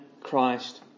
Christ